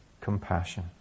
compassion